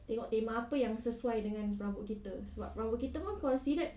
tengok tema apa yang sesuai dengan perabot kita sebab perabot kita pun considered